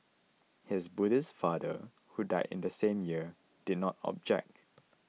his Buddhist father who died in the same year did not object